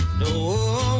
No